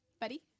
buddy